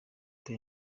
dore